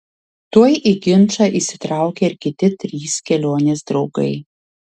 tuoj į ginčą įsitraukė ir kiti trys kelionės draugai